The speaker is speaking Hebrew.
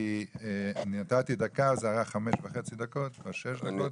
אני נתתי דקה וזה ארך חמש וחצי או שש דקות,